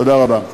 תודה רבה.